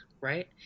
right